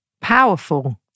Powerful